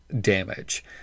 damage